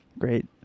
Great